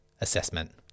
assessment